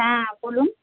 হ্যাঁ বলুন